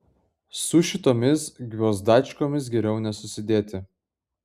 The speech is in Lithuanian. su šitomis gviozdačkomis geriau nesusidėti